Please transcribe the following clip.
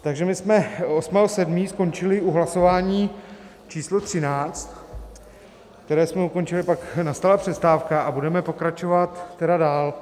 Takže my jsme 8. 7. skončili u hlasování číslo třináct, které jsme ukončili, pak nastala přestávka a budeme pokračovat tedy dál.